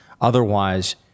otherwise